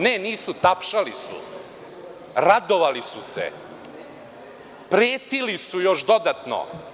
Ne, nisu tapšali su, radovali su se, pretili su još dodatno.